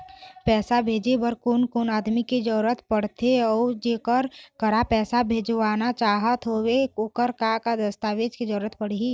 पैसा भेजे बार कोन कोन आदमी के जरूरत पड़ते अऊ जेकर करा पैसा भेजवाना चाहत होथे ओकर का का दस्तावेज के जरूरत पड़ही?